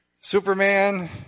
Superman